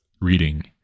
reading